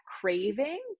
craving